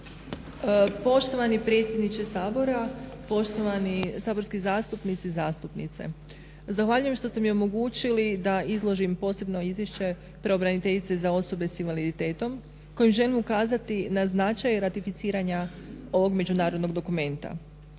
Poštovani predsjedniče Sabora, poštovani saborski zastupnici, zastupnice. Zahvaljujem što ste mi omogućili da izložim posebno izvješće pravobraniteljice za osobe sa invaliditetom kojim želim ukazati na značaj ratificiranja ovog međunarodnog dokumenta.